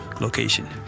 location